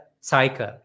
cycle